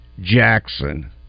Jackson